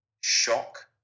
shock